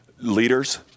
leaders